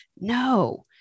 No